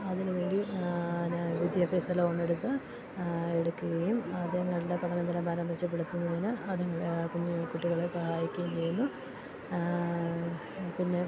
അതിന് വേണ്ടി അ വിദ്യാഭ്യാസ ലോണെടുത്ത് എടുക്കുകയും അതിനുള്ള പഠന നിലവാരം മെച്ചപ്പെടുത്തുന്നതിന് അതിന് കുഞ്ഞ് കുട്ടികളെ സഹായിക്കുകയും ചെയ്യുന്നു പിന്നെ